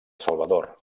salvador